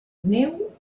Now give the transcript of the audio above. neu